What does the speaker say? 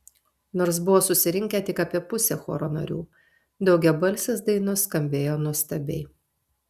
nors buvo susirinkę tik apie pusė choro narių daugiabalsės dainos skambėjo nuostabiai